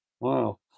Wow